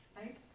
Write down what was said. Right